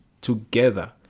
together